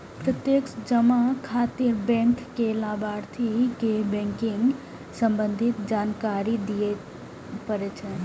प्रत्यक्ष जमा खातिर बैंक कें लाभार्थी के बैंकिंग संबंधी जानकारी दियै पड़ै छै